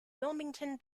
wilmington